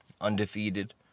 undefeated